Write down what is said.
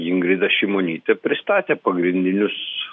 ingrida šimonytė pristatė pagrindinius